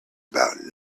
about